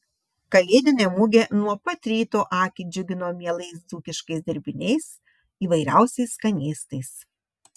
kalėdinė mugė nuo pat ryto akį džiugino mielais dzūkiškais dirbiniais įvairiausiais skanėstais